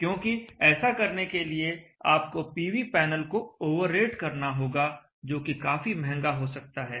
क्योंकि ऐसा करने के लिए आपको पीवी पैनल को ओवर रेट करना होगा जो कि काफी महंगा हो सकता है